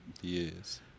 Yes